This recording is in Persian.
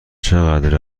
چقدر